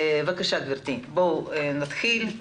בואו נתחיל.